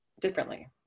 differently